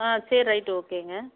ஆ சரி ரைட்டு ஓகேங்க